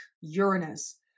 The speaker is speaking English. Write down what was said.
Uranus